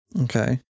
Okay